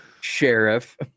sheriff